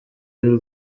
y’u